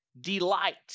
delight